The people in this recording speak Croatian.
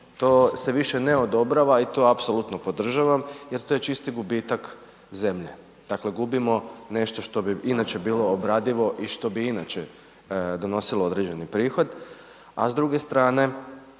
To se više ne odobrava i to apsolutno podržavam, jer to je čisto gubitak zemlje. Dakle, gubimo nešto što bi inače bilo obradivo i što bi inače donosilo određeni prihod, a s druge strane,